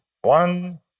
one